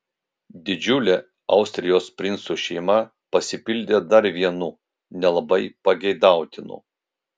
didžiulė austrijos princų šeima pasipildė dar vienu nelabai pageidautinu